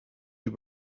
you